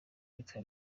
yitwa